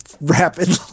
rapidly